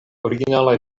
originalaj